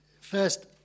First